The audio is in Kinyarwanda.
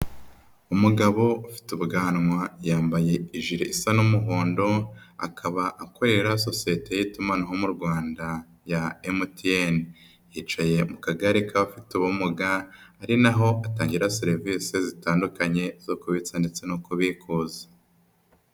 Umugabo ufite ubwanwa yambaye ijire isa n'umuhondo, akaba akorera sosiyete y'itumanaho mu Rwanda ya Emutiyeni. Yicaye mu kagare k'abafite ubumuga ari na ho atangira serivisi zitandukanye zo kubitsa ndetse no kubikuza.